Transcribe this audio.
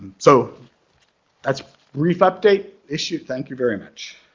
so that's brief update issued, thank you very much.